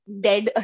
dead